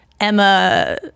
Emma